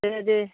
जागोन दे